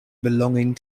belonging